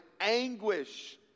anguish